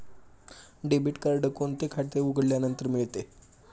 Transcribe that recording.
Debit card कोणते खाते उघडल्यानंतर मिळते?